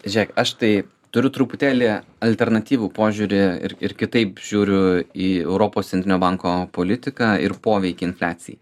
žėk aš tai turiu truputėlį alternatyvų požiūrį ir ir kitaip žiūriu į europos centrinio banko politiką ir poveikį infliacijai